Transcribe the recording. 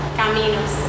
caminos